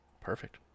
Perfect